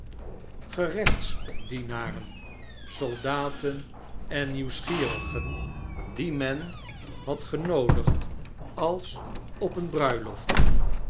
gerechtsdienaren soldaten en nieuwsgierigen die men te gast had genoodigd als op eene bruiloft